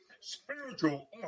spiritual